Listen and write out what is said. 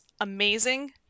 amazing